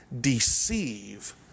deceive